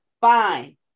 fine